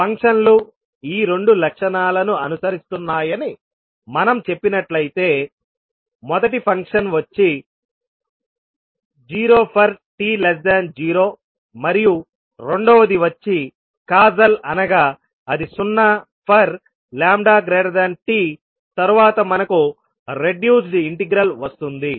ఫంక్షన్లు ఈ 2 లక్షణాలను అనుసరిస్తున్నాయని మనం చెప్పినట్లయితే మొదటి ఫంక్షన్ వచ్చి 0 ఫర్ t0 మరియు రెండవది వచ్చి కాసల్ అనగా అది సున్నా ఫర్ t తరువాత మనకు రెడ్యూస్డ్ ఇంటెగ్రల్ వస్తుంది